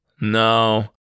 No